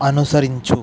అనుసరించు